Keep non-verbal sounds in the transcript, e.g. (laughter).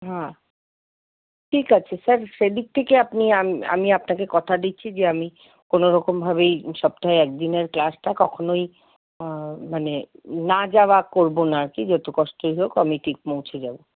হ্যাঁ ঠিক আছে স্যার সেদিক থেকে আপনি (unintelligible) আমি আপনাকে কথা দিচ্ছি যে আমি কোনোরকমভাবেই সপ্তাহের একদিনের ক্লাসটা কখনোই মানে না যাওয়া করব না আর কি যত কষ্টই হোক আমি ঠিক পৌঁছে যাব